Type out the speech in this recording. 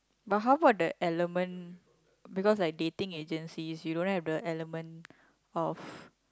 but how about the element because like dating agencies you don't have the element of